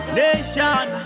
nation